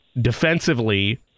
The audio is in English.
defensively